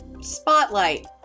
spotlight